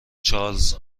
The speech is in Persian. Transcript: چارلز